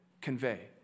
convey